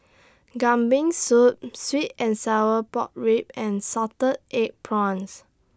Kambing Soup Sweet and Sour Pork Ribs and Salted Egg Prawns